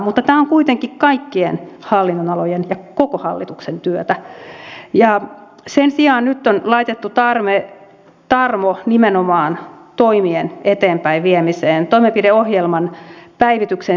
mutta tämä on kuitenkin kaikkien hallinnonalojen ja koko hallituksen työtä ja nyt on laitettu tarmo nimenomaan toimien eteenpäinviemiseen toimenpideohjelman päivityksen sijaan